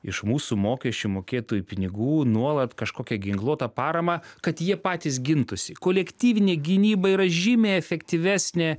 iš mūsų mokesčių mokėtojų pinigų nuolat kažkokią ginkluotą paramą kad jie patys gintųsi kolektyvinė gynyba yra žymiai efektyvesnė